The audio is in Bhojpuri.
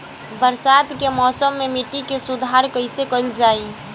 बरसात के मौसम में मिट्टी के सुधार कईसे कईल जाई?